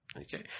Okay